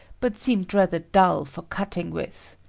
but seemed rather dull for cutting with.